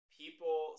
people